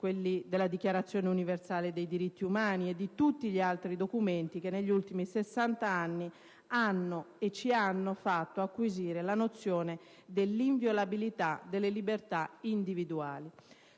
quelli della Dichiarazione universale dei diritti umani e di tutti gli altri documenti che negli ultimi sessant'anni ci hanno fatto acquisire la nozione dell'inviolabilità delle libertà individuali.